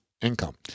income